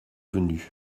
venu